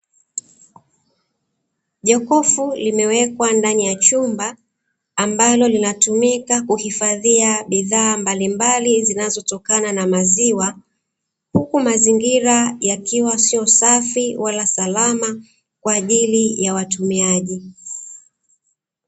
Jokofu limewekwa ndani ya chumba, ambalo linatumika kuhifadhia bidhaa mbalimbali zinazotokana na maziwa, huku mazingira yakiwa sio safi wala salama kwa ajili ya watumiaji.